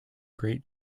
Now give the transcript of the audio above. great